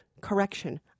correction